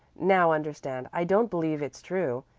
now understand, i don't believe it's true.